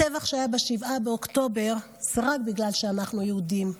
הטבח שהיה ב-7 באוקטובר זה רק בגלל שאנחנו יהודים,